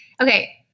Okay